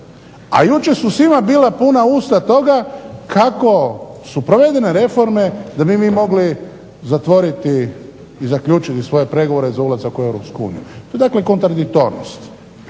A jučer su svima bila puna usta toga kako su provedene reforme da bi mi mogli zatvoriti i zaključiti svoje pregovore za ulazak u EU. To je dakle kontradiktornost.